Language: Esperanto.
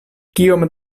kiom